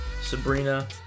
Sabrina